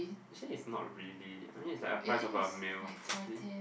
actually it's not really I mean it's like a price of a male actually